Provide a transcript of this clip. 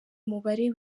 umubare